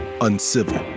Uncivil